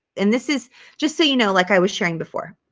and this is just so you know like i was sharing before.